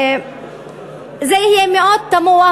זה יהיה מאוד תמוה,